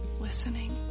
listening